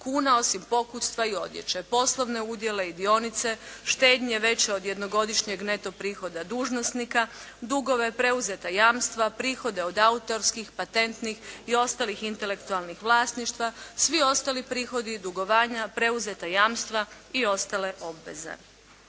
kuna osim pokućstva i odjeće, poslovne udjele i dionice, štednje veće od jednogodišnjeg neto prihoda dužnosnika, dugove, preuzeta jamstva, prihode od autorskih, patentnih i ostalih intelektualnih vlasništva, svi ostali prihodi i dugovanja, preuzeta jamstva i ostale obveze.